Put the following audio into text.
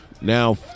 now